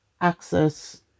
access